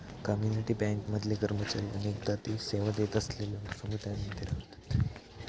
community bank मधले कर्मचारी अनेकदा ते सेवा देत असलेलल्यो समुदायांमध्ये रव्हतत